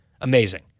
Amazing